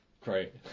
great